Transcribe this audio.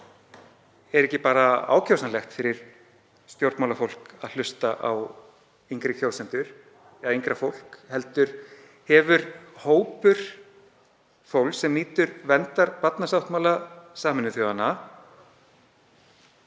er ekki bara ákjósanlegt fyrir stjórnmálafólk að hlusta á yngri kjósendur eða yngra fólk heldur hefur hópur fólks sem nýtur verndar barnasáttmála Sameinuðu þjóðanna